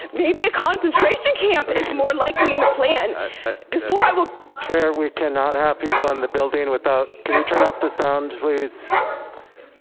maybe a concentration camp. it's more likely in the plan before i will chair, we cannot have people in the building without, can you turn off the sound please?